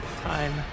Time